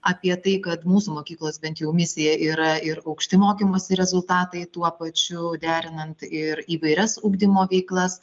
apie tai kad mūsų mokyklos bent jau misija yra ir aukšti mokymosi rezultatai tuo pačiu derinant ir įvairias ugdymo veiklas